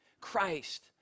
Christ